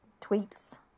Tweets